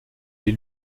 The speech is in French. les